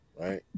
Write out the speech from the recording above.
right